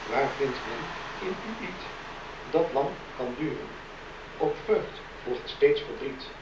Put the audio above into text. waar vindt men in u iet dat lang kan duren op vreugd volgt steeds verdriet